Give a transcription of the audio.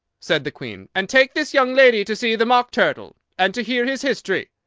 said the queen, and take this young lady to see the mock turtle, and to hear his history.